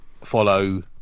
follow